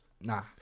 nah